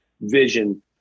vision